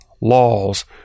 laws